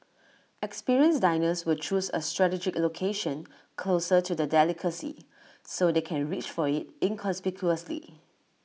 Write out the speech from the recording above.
experienced diners will choose A strategic location closer to the delicacy so they can reach for IT inconspicuously